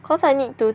cause I need to